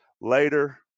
later